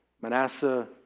Manasseh